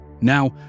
Now